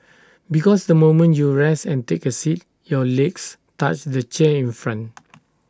because the moment you rest and take A seat your legs touch the chair in front